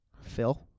Phil